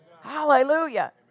Hallelujah